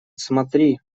смотри